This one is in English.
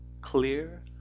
clear